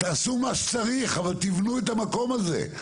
תעשו מה שצריך, אבל תבנו את המקום הזה.